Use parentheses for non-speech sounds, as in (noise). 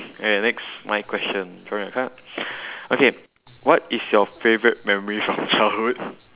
oh ya next my question drawing a card (breath) okay what is your (laughs) favourite memory from childhood